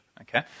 Okay